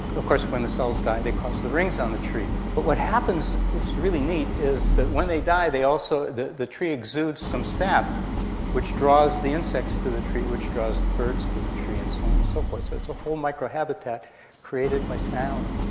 of course when the cells die they cause the rings on the tree. but what happens, which is really neat, is that when they die the the tree exudes some sap which draws the insects to the tree which draws the birds to the tree and so on and so forth, so it's a whole microhabitat created by sound.